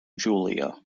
julia